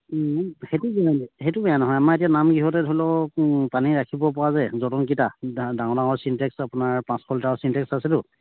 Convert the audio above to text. সেইটো সেইটো বেয়া নহয় আমাৰ এতিয়া নামগৃহতে ধৰি লওক পানী ৰাখিব পৰা যে যতনকেইটা ডাঙৰ ডাঙৰ চিনটেক্স আপোনাৰ পাঁচশ লিটাৰৰ চিনটেক্স আছেতো